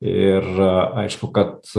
ir aišku kad